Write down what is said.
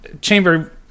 Chamber